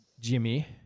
Jimmy